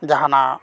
ᱡᱟᱦᱟᱱᱟᱜ